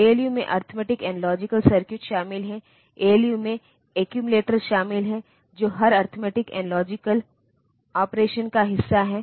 ALU में arithmetic and logical circuit शामिल हैं ऐएलयू में एक्यूमिलेटर शामिल है जो हर अरिथमेटिक एंड लॉजिकल ऑपरेशन का हिस्सा है